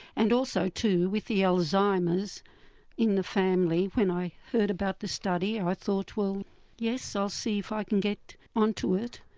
and also, with the alzheimer's in the family, when i heard about this study, i thought well yes i'll see if i can get onto it.